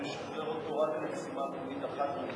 אנחנו נשחרר אותו רק למשימה לאומית אחת מוגדרת.